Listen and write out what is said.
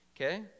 Okay